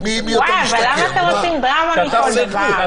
למה אתם עושים דרמה מכל דבר?